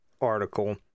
article